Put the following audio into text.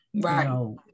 Right